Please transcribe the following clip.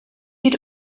had